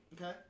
Okay